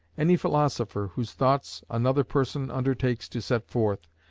any philosopher whose thoughts another person undertakes to set forth,